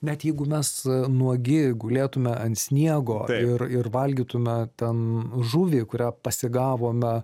net jeigu mes nuogi gulėtume ant sniego ir ir valgytume ten žuvį kurią pasigavome